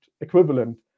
equivalent